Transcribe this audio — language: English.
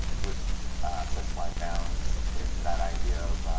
with such wide bounds, is that idea of